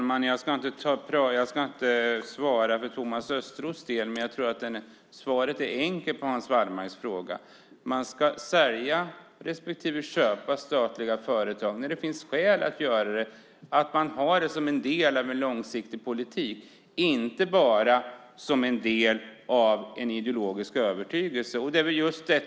Fru talman! Jag ska inte svara för Thomas Östros del, men jag tror att svaret på Hans Wallmarks fråga är enkelt. Man ska sälja respektive köpa statliga företag när det finns skäl att göra det. Man ska ha det som en del av en långsiktig politik, inte bara som en del av en ideologisk övertygelse.